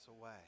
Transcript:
away